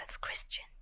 Christian